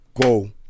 go